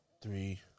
Three